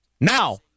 Now